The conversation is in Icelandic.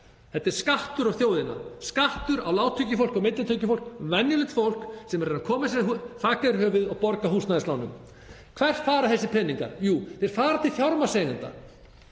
Þetta er skattur á þjóðina. Skattur á lágtekjufólk og millitekjufólk, venjulegt fólk sem er að koma sér þaki yfir höfuðið og borga af húsnæðislánum. Hvert fara þessir peningar? Jú, þeir fara til fjármagnseigenda.